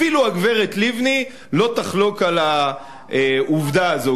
אפילו הגברת לבני לא תחלוק על העובדה הזאת.